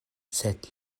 sed